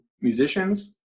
musicians